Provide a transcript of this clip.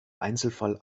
einzelfall